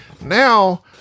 Now